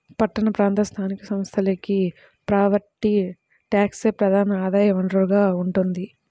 పట్టణ ప్రాంత స్థానిక సంస్థలకి ప్రాపర్టీ ట్యాక్సే ప్రధాన ఆదాయ వనరుగా ఉంటోంది